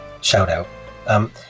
Shout-out